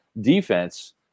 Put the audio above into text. defense